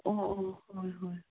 ꯑꯣ ꯑꯣ ꯑꯣ ꯍꯣꯏ ꯍꯣꯏ